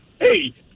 Hey